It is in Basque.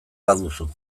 baduzu